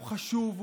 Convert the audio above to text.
הוא חשוב,